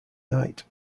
night